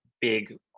big